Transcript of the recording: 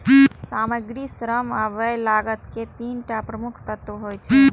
सामग्री, श्रम आ व्यय लागत के तीन टा प्रमुख तत्व होइ छै